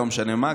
לא משנה מה,